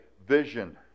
Vision